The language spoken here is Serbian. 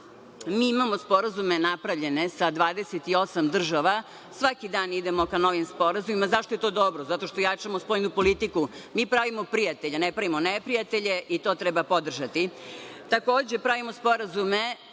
Mi imamo sporazume napravljene sa 28 država, svaki dan idemo ka novim sporazumima. Zašto je to dobro? Zato što jačamo spoljnu politiku. Mi pravimo prijatelje, ne pravimo neprijatelje i to treba podržati.